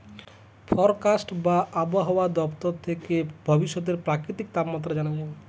forecast বা আবহায়া দপ্তর থেকে ভবিষ্যতের প্রাকৃতিক তাপমাত্রা জানা যায়